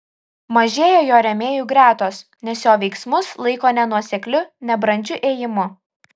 mažėja jo rėmėjų gretos nes jo veiksmus laiko nenuosekliu nebrandžiu ėjimu